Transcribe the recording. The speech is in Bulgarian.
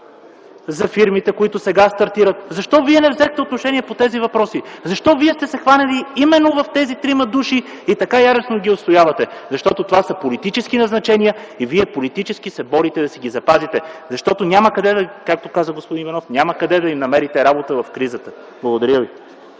за фирмите, които сега стартират. Защо вие не взехте отношение по тези въпроси? Защо вие сте се хванали именно за тези трима души и така яростно ги отстоявате? Защото това са политически назначения и вие политически се борите да си ги запазите, защото няма къде, както каза господин Иванов, няма къде да им намерите работа в кризата. Благодаря ви.